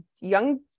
young